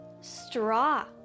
straw